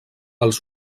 els